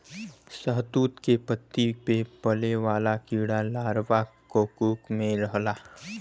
शहतूत के पत्ती पे पले वाला कीड़ा लार्वा कोकून में रहला